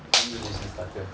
conversation starter